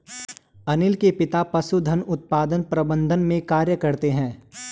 अनील के पिता पशुधन उत्पादन प्रबंधन में कार्य करते है